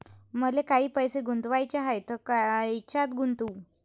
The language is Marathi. मले काही पैसे गुंतवाचे हाय तर कायच्यात गुंतवू?